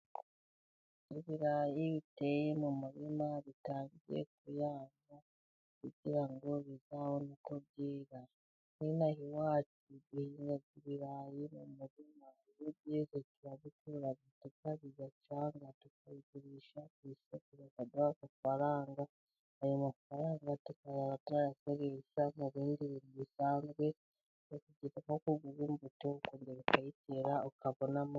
Ibirayi biteye mu murima bitangiye kuyanga kugira ngo bizabone uko byera. N'ino aha iwacu duhinga ibirayi mu murima. Iyo byeze turabikura, tukabirya cyangwa tukabigurisha bakaduha amafaranga. Ayo mafaranga tuyakoresha ibindi bintu bisanzwe nko kugura imbuto , ukongera ukayitera ukabonamo...